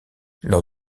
lors